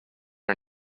are